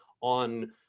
on